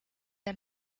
der